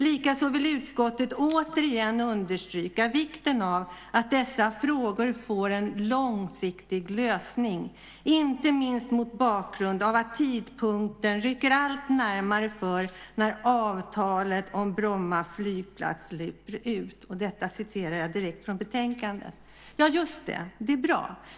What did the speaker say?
Likaså vill utskottet återigen understryka vikten av att dessa frågor får en långsiktig lösning, inte minst mot bakgrund av att tidpunkten rycker allt närmare för när avtalet om Bromma flygplats löper ut." Detta citerar jag direkt från betänkandet. Ja, just det! Det är bra.